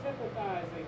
sympathizing